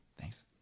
thanks